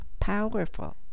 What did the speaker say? powerful